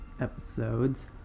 episodes